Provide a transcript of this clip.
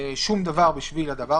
שום דבר בשביל זה,